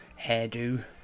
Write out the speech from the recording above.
hairdo